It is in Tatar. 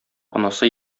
анасы